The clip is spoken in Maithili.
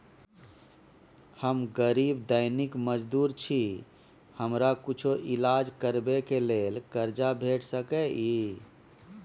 हम गरीब दैनिक मजदूर छी, हमरा कुछो ईलाज करबै के लेल कर्जा भेट सकै इ?